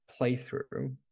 playthrough